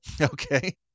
Okay